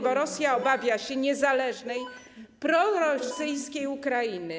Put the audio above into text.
Bo Rosja obawia się niezależnej prorosyjskiej Ukrainy.